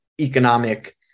economic